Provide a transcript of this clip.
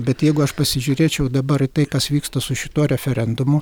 bet jeigu aš pasižiūrėčiau dabar į tai kas vyksta su šituo referendumu